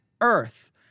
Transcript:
earth